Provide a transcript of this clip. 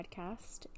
podcast